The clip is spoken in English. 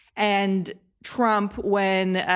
and trump, when